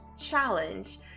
challenge